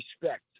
respect